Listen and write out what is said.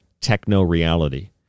techno-reality